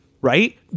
Right